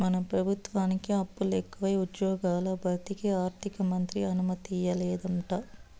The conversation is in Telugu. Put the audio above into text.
మన పెబుత్వానికి అప్పులెకువై ఉజ్జ్యోగాల భర్తీకి ఆర్థికమంత్రి అనుమతియ్యలేదంట